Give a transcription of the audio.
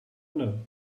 know